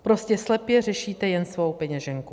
Prostě slepě řešíte jen svou peněženku.